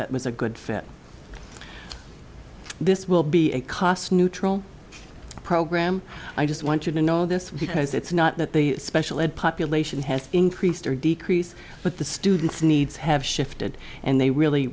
that was a good fit this will be a cost neutral program i just want you to know this because it's not that the special ed population has increased or decrease but the students needs have shifted and they really